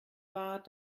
war